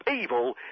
evil